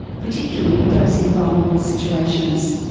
particularly those in vulnerable situations.